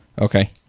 Okay